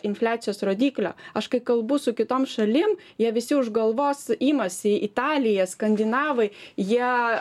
infliacijos rodiklio aš kai kalbu su kitom šalim jie visi už galvos imasi italiją skandinavai jie